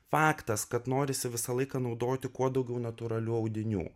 faktas kad norisi visą laiką naudoti kuo daugiau natūralių audinių